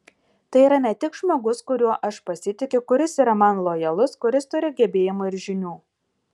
tai yra ne tik žmogus kuriuo aš pasitikiu kuris yra man lojalus kuris turi gebėjimų ir žinių